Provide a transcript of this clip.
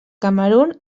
camerun